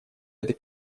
этой